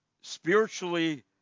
spiritually